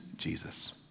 Jesus